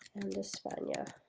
and espana.